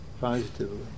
positively